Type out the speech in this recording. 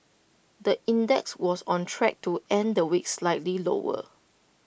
the index was on track to end the week slightly lower